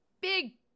big